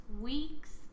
week's